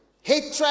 hatred